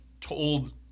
told